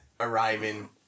Arriving